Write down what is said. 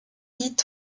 dit